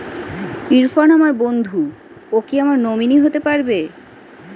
ইরফান আমার বন্ধু ও কি আমার নমিনি হতে পারবে?